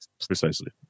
Precisely